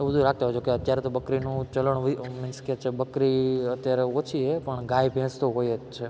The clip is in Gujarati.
એ બધું રાખતાં હોય છે અત્યારે તો બકરીનું ચલણ હોય મીન્સ કે બકરી અત્યારે ઓછી છે પણ ગાય ભેંસ તો હોય જ છે